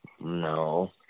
No